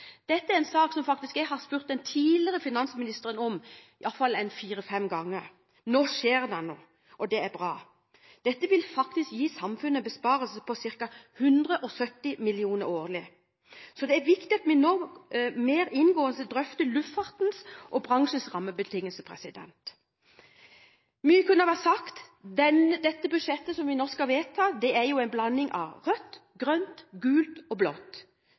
Dette er en sak jeg faktisk har spurt den tidligere finansministeren om i hvert fall fire–fem ganger. Nå skjer det noe, og det er bra. Dette vil faktisk gi samfunnet en besparelse på ca. 170 mill. kr årlig. Det er viktig at vi nå mer inngående drøfter luftfartens og bransjens rammebetingelser. Mye kunne ha vært sagt. Budsjettet som vi nå skal vedta, er jo en blanding av rødt, grønt, gult og blått.